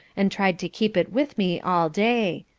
and tried to keep it with me all day.